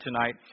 tonight